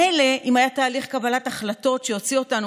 מילא אם היה תהליך קבלת החלטות שיוציא אותנו